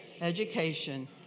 education